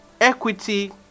equity